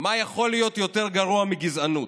מה יכול להיות יותר גרוע מגזענות.